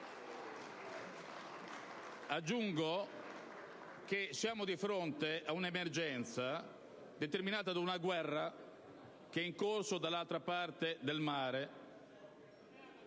Aggiungo che siamo di fronte ad un'emergenza determinata da una guerra in corso dall'altra parte del Mar